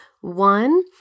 One